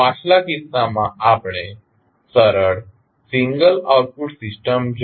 પાછલા કિસ્સામાં આપણે સરળ સિંગલ આઉટપુટ સિસ્ટમ જોઇ